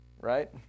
right